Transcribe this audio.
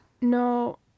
No